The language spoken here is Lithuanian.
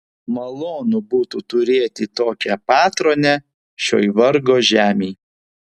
malonu būtų turėti tokią patronę šioj vargo žemėj